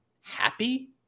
happy